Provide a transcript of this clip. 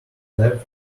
left